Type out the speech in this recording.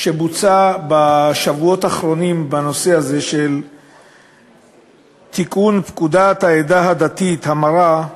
שבוצעה בשבועות האחרונים בנושא הזה של תיקון פקודת העדה הדתית (המרה)